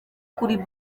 kuri